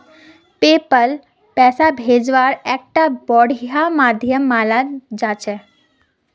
PayPal पैसा भेजवार एकता बढ़िया माध्यम मानाल जा छेक